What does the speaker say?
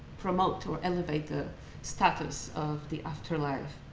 promote or elevate the status of the afterlife